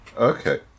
Okay